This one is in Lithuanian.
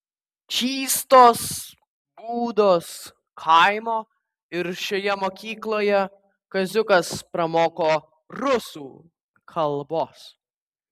čystos būdos kaimo ir šioje mokykloje kaziukas pramoko rusų kalbos